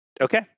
Okay